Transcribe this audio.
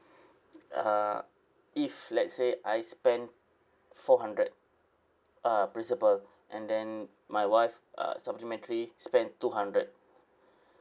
(uh huh) if let's say I spend four hundred uh principal and then my wife uh supplementary spend two hundred